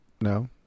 No